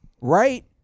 right